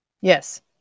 Yes